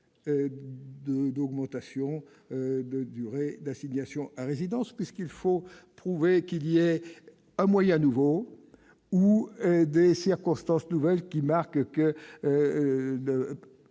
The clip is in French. d'augmenter la durée de l'assignation à résidence, puisqu'il faut prouver qu'il existe un moyen nouveau ou des circonstances nouvelles attestant que